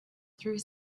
through